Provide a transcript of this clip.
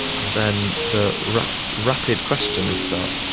and then the rapid rapid questions start.